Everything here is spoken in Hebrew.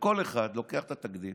וכל אחד לוקח את התקדים